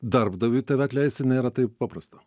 darbdaviui tave atleisti nėra taip paprasta